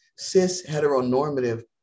cis-heteronormative